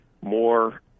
more